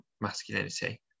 masculinity